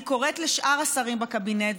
אני קוראת לשאר השרים בקבינט,